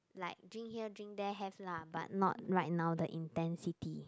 like drink here drink there have lah but not right now the intensity